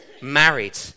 married